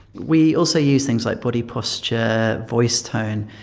we also use things like body posture, voice tone.